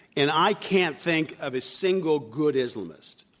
and i can't think of a single good islamist.